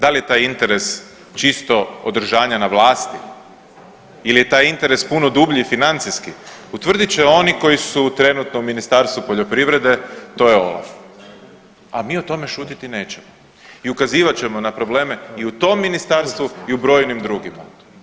Da li je taj interes čisto održanje na vlasti ili je taj interes puno dublji i financijski utvrdit će oni koji su trenutno u Ministarstvu poljoprivrede to je OLAF, a mi o tome šutiti nećemo i ukazivat ćemo na probleme i u tom ministarstvu i u brojnim drugima.